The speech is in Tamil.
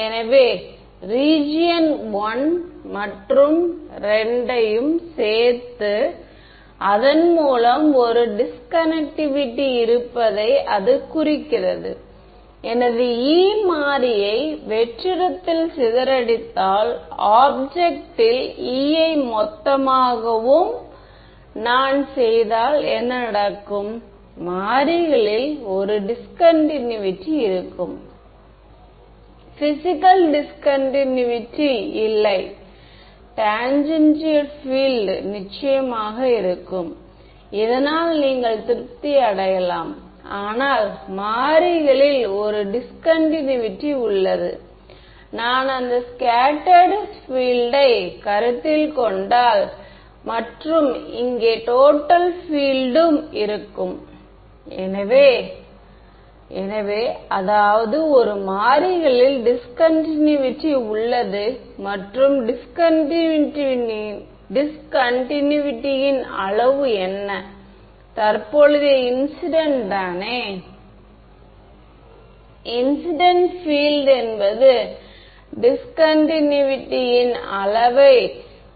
எனவே எடுத்துக்காட்டாக H ன் கர்ல் போல எனவே எல்லா சொற்களிலும் இருக்கப் போகிற x கூறு முதல் டேர்ம் ஆகும் பின்னர் எனக்கு ஒரு y கூறு இருக்கும் ∂Hx∂z ∂Hz∂x வடிவத்தில் பின்னர் அது ஒரு z கூறாக மற்றும் ஒரு ∂Hy∂x ∂Hx∂y வடிவத்தில் இருக்க வேண்டும்